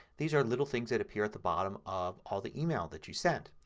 these are little things that appear at the bottom of all the email that you sent.